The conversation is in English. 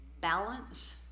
balance